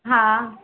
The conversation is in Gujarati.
હા